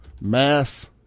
mass